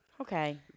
Okay